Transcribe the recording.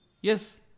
Yes